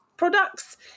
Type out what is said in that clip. products